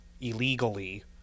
illegally